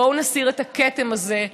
בואו נסיר את הכתם הזה,